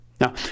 Now